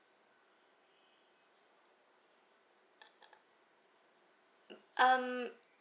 um